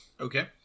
Okay